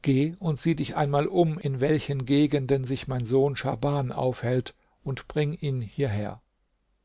geh und sieh dich einmal um in welchen gegenden sich mein sohn schahban aufhält und bring ihn hierher